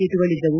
ಸೀಟುಗಳಿದ್ದವು